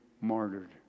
martyred